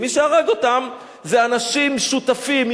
ומי שהרג אותם זה אנשים שותפים,